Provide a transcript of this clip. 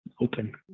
open